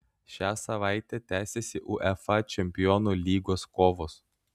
šią savaitę tęsiasi uefa čempionų lygos kovos